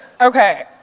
Okay